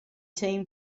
team